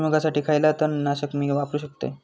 भुईमुगासाठी खयला तण नाशक मी वापरू शकतय?